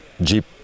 Jeep